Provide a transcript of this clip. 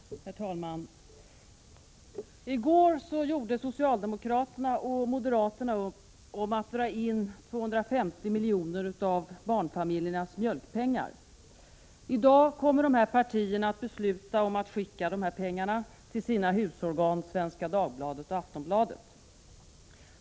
Herr talman! I går gjorde socialdemokraterna och moderaterna upp om att dra in 250 milj.kr. av barnfamiljernas mjölkpengar. I dag kommer dessa partier att besluta om att skicka dessa pengar till sina husorgan Svenska Dagbladet och Aftonbladet.